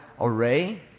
array